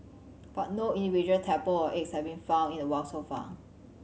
but no individual tadpole or eggs have been found in the wild so far